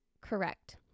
correct